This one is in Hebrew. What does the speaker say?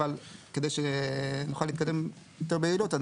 אבל כדי שנוכל להתקדם יותר ביעילות,